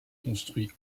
construit